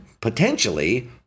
potentially